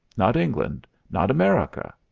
not england, not america,